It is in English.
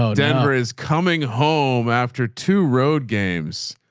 so denver is coming home after two road games.